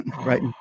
right